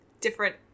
different